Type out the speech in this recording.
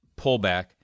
pullback